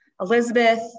Elizabeth